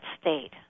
state